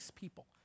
people